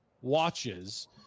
watches